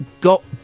got